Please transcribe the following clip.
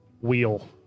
wheel